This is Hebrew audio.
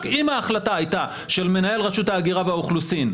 אם ההחלטה הייתה של מנהל רשות ההגירה והאוכלוסין,